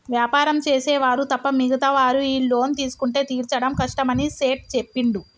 వ్యాపారం చేసే వారు తప్ప మిగతా వారు ఈ లోన్ తీసుకుంటే తీర్చడం కష్టమని సేట్ చెప్పిండు